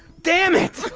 damn it!